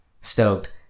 stoked